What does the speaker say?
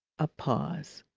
a pause.